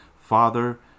Father